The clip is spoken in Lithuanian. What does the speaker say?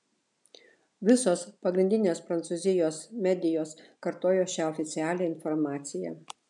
visos pagrindinės prancūzijos medijos kartojo šią oficialią informaciją